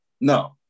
No